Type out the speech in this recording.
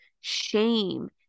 shame